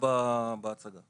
אני אמשיך בהצגה